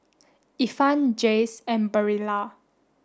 Ifan Jays and Barilla